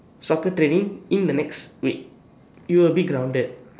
soccer training in the next week you will be grounded